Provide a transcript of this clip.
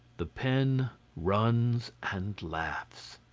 the pen runs and laughs.